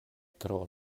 tro